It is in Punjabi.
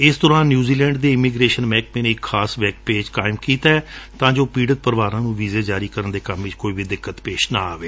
ਇਸ ਦੌਰਾਨ ਨਿਉਜ਼ੀਲੈਂਡ ਦੇ ਇਮੀਗ੍ਰੇਸ਼ਨ ਮਹਿਕਮੇ ਨੇ ਇਕ ਖਾਸ ਵੈਬ ਪੇਜ਼ ਕਾਇਮ ਕੀਤੈ ਤਾਂ ਜੋ ਪੀੜਤ ਪਰਿਵਾਰਾਂ ਨੂੰ ਵੀਜ਼ੇ ਜਾਰੀ ਕਰਨ ਵਿਚ ਕੋਈ ਦਿਕੱਤ ਨਾ ਆਵੇ